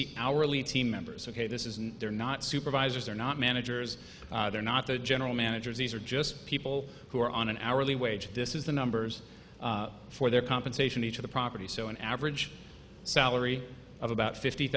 the our team members ok this isn't they're not supervisors they're not managers they're not the general managers these are just people who are on an hourly wage this is the numbers for their compensation each of the properties so an average salary of about fifty